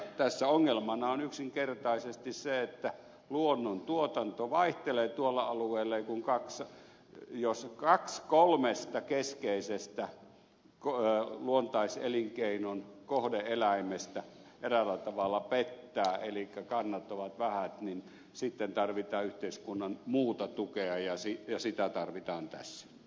tässä ongelmana on yksinkertaisesti se että luonnon tuotanto vaihtelee tuolla alueella ja jos kaksi kolmesta keskeisestä luontaiselinkeinon kohde eläimestä eräällä tavalla pettää elikkä kannat ovat vähät niin sitten tarvitaan yhteiskunnan muuta tukea ja sitä tarvitaan tässä